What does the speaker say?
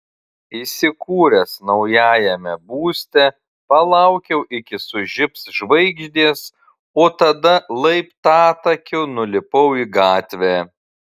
įsikūręs naujajame būste palaukiau iki sužibs žvaigždės o tada laiptatakiu nulipau į gatvę